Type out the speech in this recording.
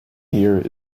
here